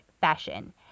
fashion